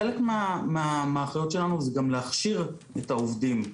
חלק מהאחריות שלנו היא גם להכשיר את העובדים.